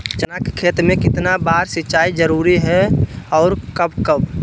चना के खेत में कितना बार सिंचाई जरुरी है और कब कब?